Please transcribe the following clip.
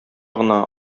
гына